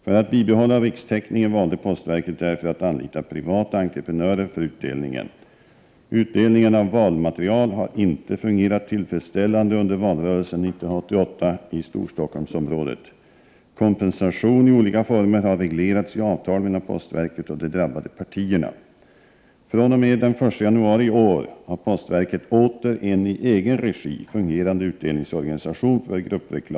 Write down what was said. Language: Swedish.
För att bibehålla rikstäckningen valde postverket därför att anlita privata entreprenörer för utdelningen. Utdelningen av valmaterial har inte fungerat tillfredsställande under valrörelsen 1988 i Storstockholmsområdet. Kompensation i olika former har reglerats i avtal mellan postverket och de drabbade partierna.